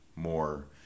More